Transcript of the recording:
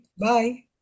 Bye